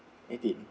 eighteen